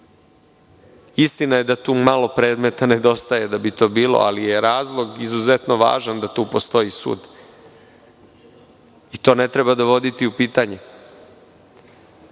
Istina je da tu malo predmeta nedostaje da bi to bilo, ali je razlog izuzetno važan da tu postoji sud, i to ne treba dovoditi u pitanje. Dakle,